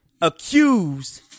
accused